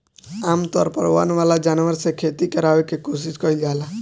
आमतौर पर वन वाला जानवर से खेती करावे के कोशिस कईल जाला